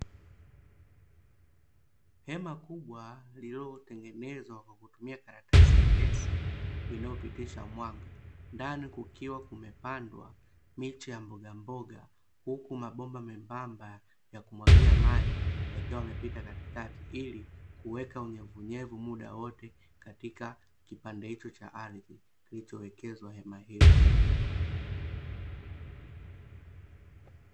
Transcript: Hema kubwa lililotengenezwa kwa kutumia karatasi nyepesi linalopitisha mwanga, ndani kukiwa kumepandwa miche ya mbogamboga huku mabomba membamba ya kumwagia maji yakiwa yamepita katikati ili kuweka unyevunyevu muda wote, katika kipande hiko cha ardhi kilichowekezwa hema hilo.